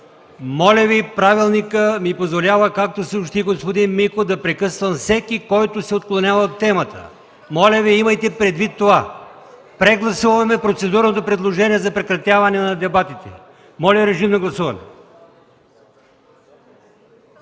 моля Ви, правилникът ми позволява, както съобщи господин Миков, да прекъсвам всеки, който се отклонява от темата. Моля Ви, имайте предвид това. Прегласуваме процедура за прекратяване на дебатите. Моля, режим на гласуване.